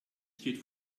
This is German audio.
steht